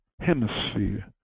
hemisphere